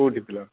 କେଉଁଠି ଥିଲ